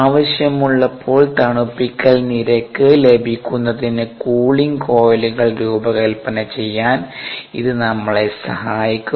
ആവശ്യമുള്ള തണുപ്പിക്കൽ നിരക്ക് ലഭിക്കുന്നതിന് കൂളിംഗ് കോയിലുകൾ രൂപകൽപ്പന ചെയ്യാൻ ഇത് നമ്മളെ സഹായിക്കും